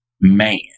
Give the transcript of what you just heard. man